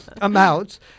amounts